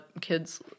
kids